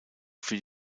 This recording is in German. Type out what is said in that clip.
für